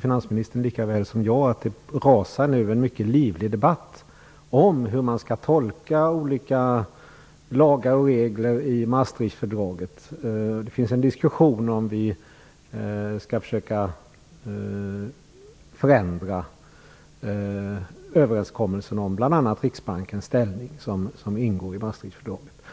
Finansministern vet ju lika väl som jag att det nu rasar en mycket livlig debatt om hur man skall tolka olika lagar och regler i Maastrichtfördraget. Det förs en diskussion om vi skall försöka förändra överenskommelsen om bl.a. Riksbankens ställning, som ingår i Maastrichtfördraget.